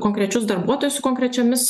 konkrečius darbuotojus su konkrečiomis